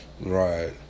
Right